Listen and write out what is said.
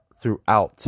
throughout